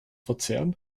verzehren